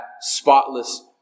spotless